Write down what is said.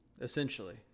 essentially